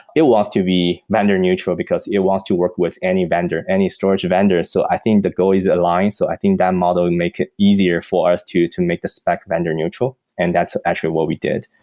it wants to be vendor neutral, because it wants to work with any vendor, any storage vendor. so i think the goal is aligned. so i think that model will make it easier for us to to make the spec vendor neutral and that's actually what we did.